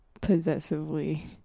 possessively